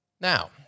Now